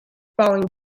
falling